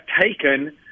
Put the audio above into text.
taken